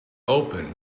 open